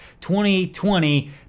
2020